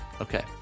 Okay